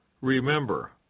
Remember